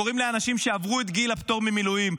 קוראים לאנשים שעברו את גיל הפטור ממילואים?